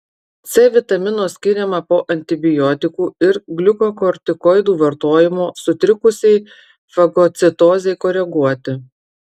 c vitamino skiriama po antibiotikų ir gliukokortikoidų vartojimo sutrikusiai fagocitozei koreguoti